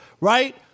Right